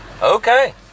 okay